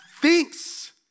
thinks